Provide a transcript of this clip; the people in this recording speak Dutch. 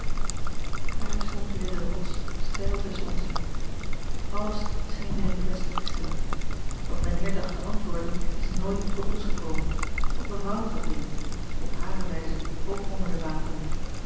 daar stond weer de rots steil tusschen ons in alles scheen weer in kwestie gesteld wat mijnheer dacht te antwoorden is nooit tot ons gekomen want mevrouw trad binnen op hare wijze ook onder de wapenen